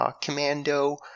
Commando